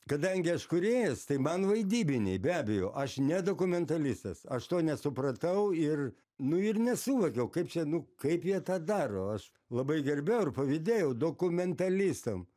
kadangi aš kurėjas tai man vaidybiniai be abejo aš ne dokumentalistas aš to nesupratau ir nu ir nesuvokiau kaip čia nu kaip jie tą daro aš labai gerbiau ir pavydėjau dokumentalistam